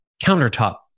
countertop